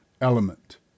element